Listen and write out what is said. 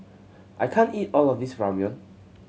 I can't eat all of this Ramyeon